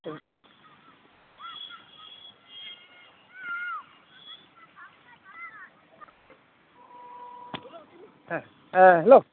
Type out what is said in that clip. ᱦᱮᱸ ᱦᱮᱞᱳ